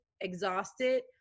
exhausted